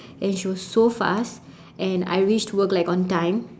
and she was so fast and I reached work like on time